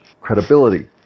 credibility